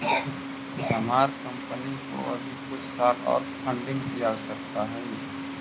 हमार कंपनी को अभी कुछ साल ओर फंडिंग की आवश्यकता हई